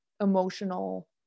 emotional